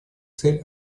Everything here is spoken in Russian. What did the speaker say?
цель